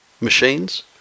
machines